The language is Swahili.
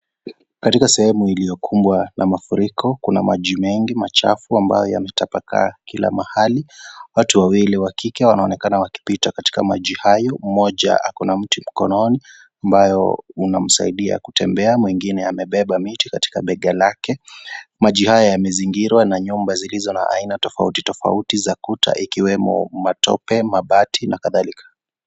Katika sehemu iliyokumbwa na mafuriko, kuna maji mengi machafu ambayo yametapakaa kila mahali, watu wawili wa kike, wanaonekana wakipita katika maji hayo, mmoja ako na miti mkononi, ambayo unamsaidia kutembea, mwingine amebeba miti katika bega lake, maji haya yamezingirwa na nyumba zilizo na aina tofauti tofauti za kuta, ikiwemo matope, mabati na katharika.